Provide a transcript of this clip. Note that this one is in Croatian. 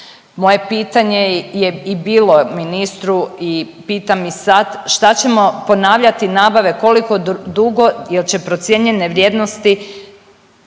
Moje pitanje je i bilo ministru i pitam i sad, šta ćemo ponavljati nabave, koliko dugo jel će procijene vrijednosti